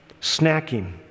Snacking